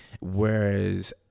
Whereas